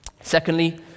Secondly